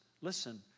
listen